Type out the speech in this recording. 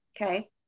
okay